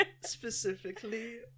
specifically